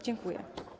Dziękuję.